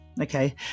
okay